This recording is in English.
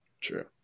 True